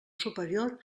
superior